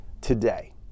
today